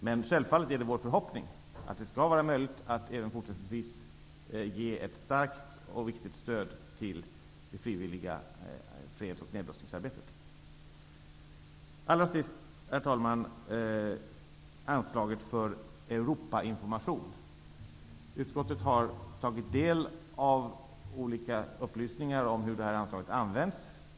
Men självfallet är det vår förhoppning att det skall vara möjligt att även fortsättningsvis ge ett starkt och viktigt stöd till det frivilliga freds och nedrustningsarbetet. Europainformation. Utskottet har tagit del av olika upplysningar om hur anslaget använts.